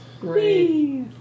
Great